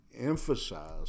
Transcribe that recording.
emphasize